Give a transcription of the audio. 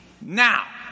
Now